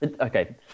Okay